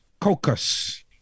coccus